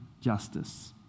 justice